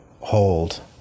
hold